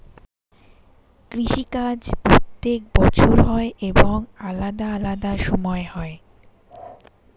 কৃষি কাজ প্রত্যেক বছর হয় এবং আলাদা আলাদা সময় হয়